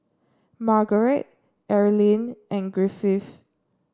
Margret Erlene and Griffith